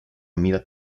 mira